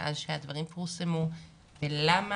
מאז הדברים פורסמו ולמה